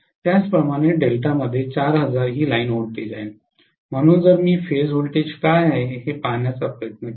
त्याचप्रमाणे डेल्टामध्ये 4000 ही लाइन व्होल्टेज आहे म्हणून जर मी फेज व्होल्टेज काय आहे हे पाहण्याचा प्रयत्न केला